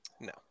No